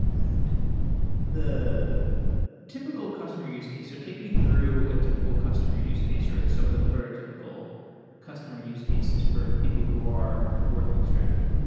and the typical customer use case. so take me through a typical customer use case or some of the prototypical customer use cases for people who are working with strapi.